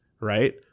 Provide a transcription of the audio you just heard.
Right